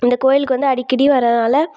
இந்த கோயிலுக்கு வந்து அடிக்கடி வரதுனால்